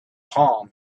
palm